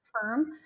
firm